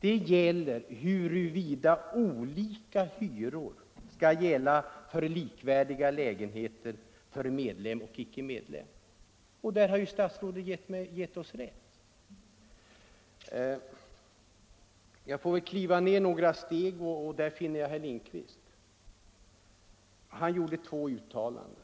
gäller huruvida det skall vara olika hyror för likvärdiga lägenheter för medlemmar och ickemedlemmar, och där har ju statsrådet givit oss rätt. Jag får väl kliva ner några steg, och där finner jag herr Lindkvist. Han gjorde två uttalanden.